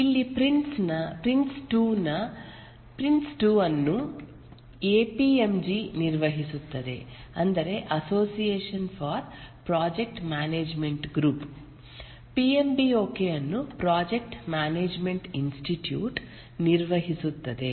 ಇಲ್ಲಿ ಪ್ರಿನ್ಸ್2 ಅನ್ನು ಎಪಿಎಂಜಿ ನಿರ್ವಹಿಸುತ್ತದೆ ಅಂದರೆ association for project management group PMBOK ಅನ್ನು ಪ್ರಾಜೆಕ್ಟ್ ಮ್ಯಾನೇಜ್ಮೆಂಟ್ ಇನ್ಸ್ಟಿಟ್ಯೂಟ್ ನಿರ್ವಹಿಸುತ್ತದೆ